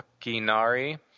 Akinari